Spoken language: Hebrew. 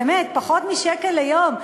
באמת, פחות משקל ליום.